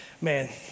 man